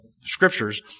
scriptures